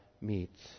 meets